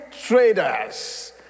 traders